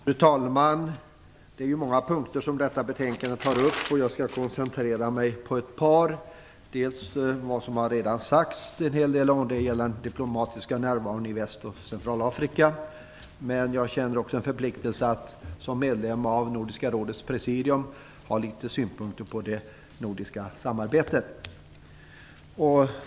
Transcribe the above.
Fru talman! Det är många punkter som detta betänkande tar upp. Jag skall koncentrera mig på ett par. En hel del har redan sagts om den diplomatiska närvaron i Väst och Centralafrika. Men jag känner också en förpliktelse, som medlem av Nordiska rådets presidium, att ha några synpunkter på det nordiska samarbetet.